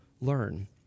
learn